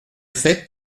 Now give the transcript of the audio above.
fait